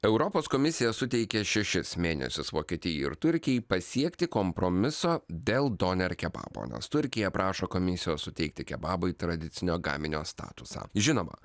europos komisija suteikė šešis mėnesius vokietijai ir turkijai pasiekti kompromiso dėl doner kebabo nes turkija prašo komisijos suteikti kebabui tradicinio gaminio statusą žinoma